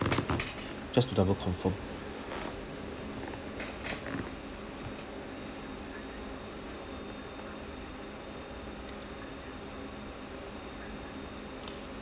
just to double confirm